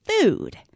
food